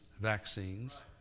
vaccines